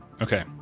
Okay